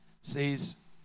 says